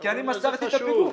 כי אני מסרתי את הפיגום.